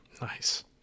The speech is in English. Nice